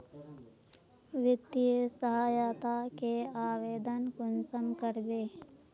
वित्तीय सहायता के आवेदन कुंसम करबे?